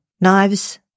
knives